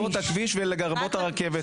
לרבות הכביש ולרבות הרכבת.